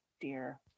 dear